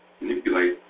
manipulate